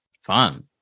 Fun